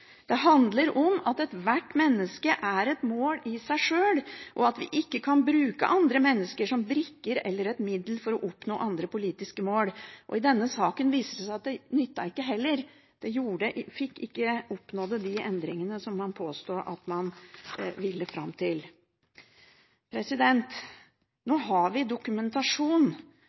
Det handler om at ethvert menneske er et mål i seg sjøl, og at vi ikke kan bruke andre mennesker som brikker eller som et middel for å oppnå andre politiske mål. I denne saken viste det seg at det heller ikke nyttet – man oppnådde ikke de endringene som man påsto at man ville fram til. Vi har dokumentasjon